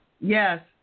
Yes